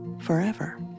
forever